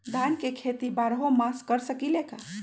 धान के खेती बारहों मास कर सकीले का?